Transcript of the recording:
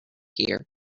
here